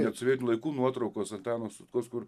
net sovietinių laikų nuotraukos antano sutkaus kur